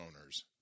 owners